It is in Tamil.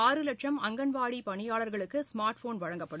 ஆறு லட்சம் அங்கன்வாடி பணியாளர்களுக்கு ஸ்மார்ட் போன் வழங்கப்படும்